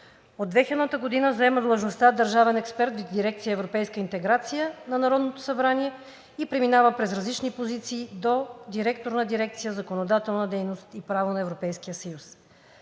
От 2000 г. заема длъжността държавен експерт в дирекция „Европейска интеграция“ на Народното събрание и преминава през различни позиции до директор на дирекция „Законодателна дейност и право на Европейския съюз“.